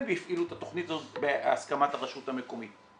והפעילו את התוכנית הזאת בהסכמת הרשות המקומית.